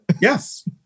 Yes